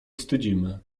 wstydzimy